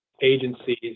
agencies